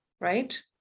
right